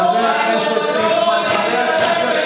צדיק, חבר הכנסת קריב,